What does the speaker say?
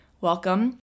welcome